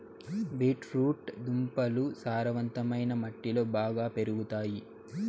beet root దుంపలు సారవంతమైన మట్టిలో బాగా పెరుగుతాయి